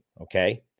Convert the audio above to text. Okay